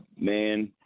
man –